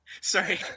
Sorry